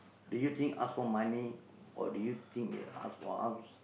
do you think ask for money or do you think he'll ask for house